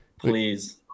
please